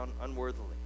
unworthily